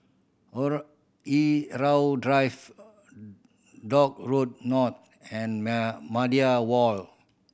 Irau Drive Dock Road North and Media